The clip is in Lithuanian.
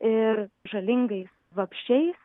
ir žalingais vabzdžiais